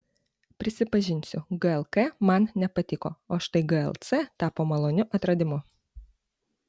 prisipažinsiu glk man nepatiko o štai glc tapo maloniu atradimu